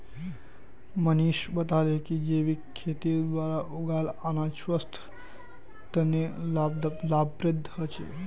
मनीष बताले कि जैविक खेतीर द्वारा उगाल अनाज स्वास्थ्य तने लाभप्रद ह छे